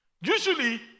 Usually